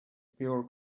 pure